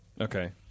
Okay